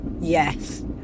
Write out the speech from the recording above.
yes